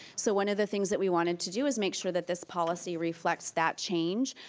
so one of the things that we wanted to do is make sure that this policy reflects that change.